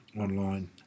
online